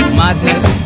madness